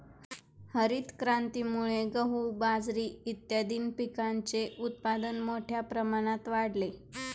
हरितक्रांतीमुळे गहू, बाजरी इत्यादीं पिकांचे उत्पादन मोठ्या प्रमाणात वाढले